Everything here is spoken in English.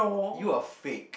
you are fake